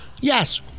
yes